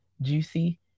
juicy